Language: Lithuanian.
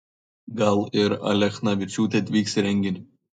gal ir alechnavičiūtė atvyks į renginį